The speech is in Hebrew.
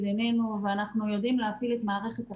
עינינו ואנחנו יודעים להפעיל את מערכת החינוך,